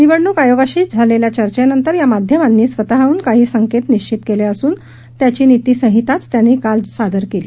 निवडणूक आयोगाशी झालेल्या चर्चेनंतर या माध्यमांनी स्वतःहन काही संकेत निश्वित केले असून त्याची नीती संहिताचं त्यांनी काल सादर केली